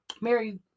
Mary